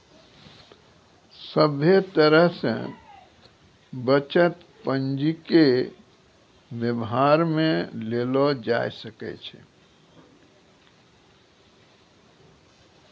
सभे तरह से बचत पंजीके वेवहार मे लेलो जाय सकै छै